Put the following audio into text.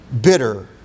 bitter